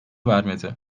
vermedi